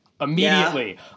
Immediately